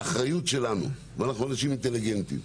האחריות שלנו, ואנחנו אנשים אינטליגנטיים,